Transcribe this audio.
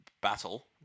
battle